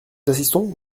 assistons